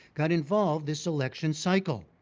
got involved this election cycle,